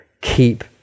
keep